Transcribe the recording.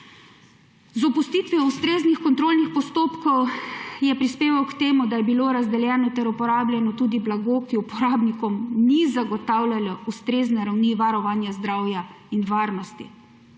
Z opustitvijo ustreznih kontrolnih postopkov je prispeval k temu, da je bilo razdeljeno ter uporabljeno tudi blago, ki uporabnikom ni zagotavljalo ustrezne ravni varovanja zdravja in varnosti.